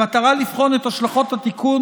במטרה לבחון את השלכות התיקון,